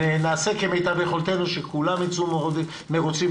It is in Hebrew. נעשה כמיטב יכולתנו שכולם יצאו מרוצים.